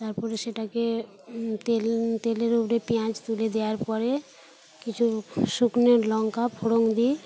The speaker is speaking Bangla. তার পরে সেটাকে তেল তেলের উপরে পিঁয়াজ তুলে দেওয়ার পরে কিছু শুকনো লঙ্কা ফোড়ন দিই